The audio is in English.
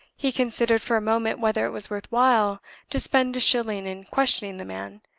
he considered for a moment whether it was worth while to spend a shilling in questioning the man,